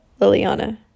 Liliana